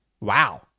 Wow